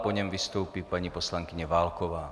Po něm vystoupí paní poslankyně Válková.